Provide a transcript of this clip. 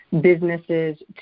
businesses